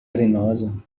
arenosa